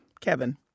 Kevin